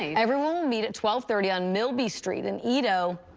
everyone will meet at twelve thirty on millby street. and you know